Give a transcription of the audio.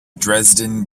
dresden